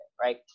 right